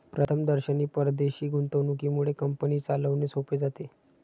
प्रथमदर्शनी परदेशी गुंतवणुकीमुळे कंपनी चालवणे सोपे जाते